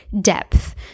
depth